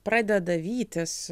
pradeda vytis